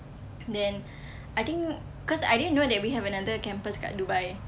then I think cause I didn't know that we have another campus kat dubai